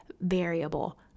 variable